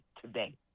today